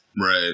Right